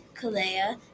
Kalea